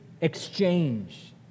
exchange